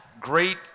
great